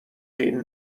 این